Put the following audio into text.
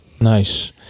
nice